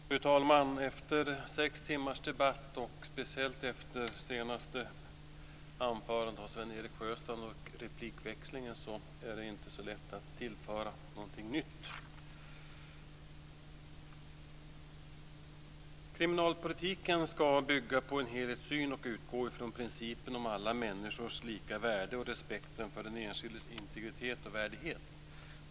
Fru talman! Efter sex timmars debatt och speciellt efter det senaste anförandet av Sven-Erik Sjöstrand och den därpå följande replikväxlingen är det inte så lätt att tillföra någonting nytt. Kriminalpolitiken ska bygga på en helhetssyn och utgå från principen om alla människors lika värde och respekten för den enskildes integritet och värdighet.